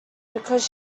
because